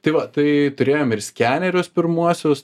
tai va tai turėjom ir skenerius pirmuosius